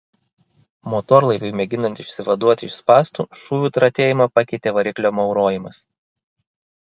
motorlaiviui mėginant išsivaduoti iš spąstų šūvių tratėjimą pakeitė variklio maurojimas